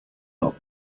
not